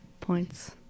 points